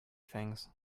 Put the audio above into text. things